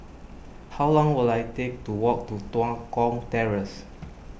how long will I take to walk to Tua Kong Terrace